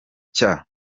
cya